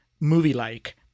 movie-like